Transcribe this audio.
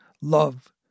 Love